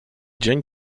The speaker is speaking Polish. dzień